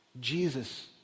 Jesus